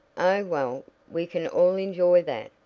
oh, well, we can all enjoy that,